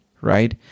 right